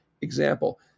Example